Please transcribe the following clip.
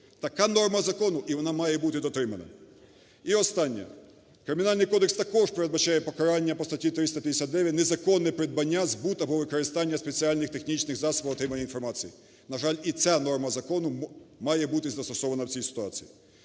Така норма закону, і вона має бути дотримана. І останнє. Кримінальний кодекс також передбачає покарання по статті 359 "Незаконне придбання, збут або використання спеціальних технічних засобів отримання інформації". На жаль, і ця норма закону має бути застосована в цій ситуації.